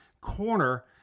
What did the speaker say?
corner